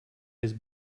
his